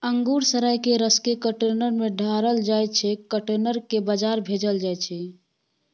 अंगुर सराए केँ रसकेँ कंटेनर मे ढारल जाइ छै कंटेनर केँ बजार भेजल जाइ छै